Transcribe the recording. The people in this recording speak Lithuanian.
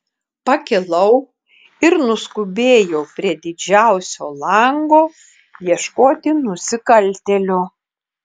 pakilau ir nuskubėjau prie didžiausio lango ieškoti nusikaltėlio